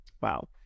Wow